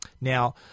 Now